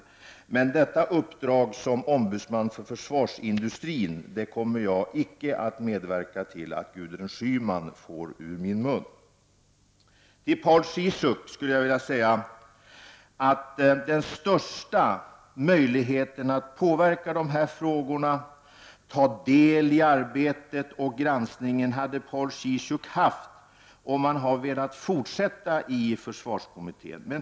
Jag kommer emellertid icke att medverka till att Gudrun Schyman får uppgifter ur min mun som gör att hon kan klara av att vara ombudsman för försvarsindustrin. Till Paul Ciszuk kan jag säga att den största möjligheten att påverka dessa frågor, ta del i arbetet och granskningen hade han haft om han velat fortsätta sitt arbete i försvarskommittén.